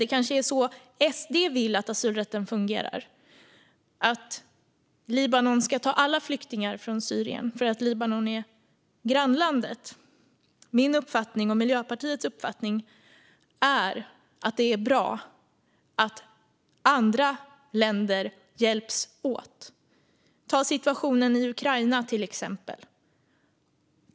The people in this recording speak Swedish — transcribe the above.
Det kanske är så SD vill att asylrätten ska fungera - att Libanon ska ta emot alla flyktingar från Syrien därför att Libanon är grannland. Min och Miljöpartiets uppfattning är att det är bra att andra länder hjälps åt. Man kan ta situationen i Ukraina som exempel.